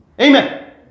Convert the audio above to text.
Amen